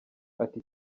ati